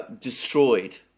destroyed